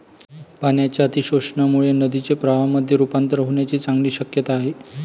पाण्याच्या अतिशोषणामुळे नदीचे प्रवाहामध्ये रुपांतर होण्याची चांगली शक्यता आहे